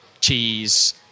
cheese